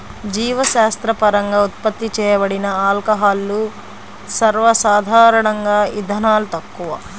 జీవశాస్త్రపరంగా ఉత్పత్తి చేయబడిన ఆల్కహాల్లు, సర్వసాధారణంగాఇథనాల్, తక్కువ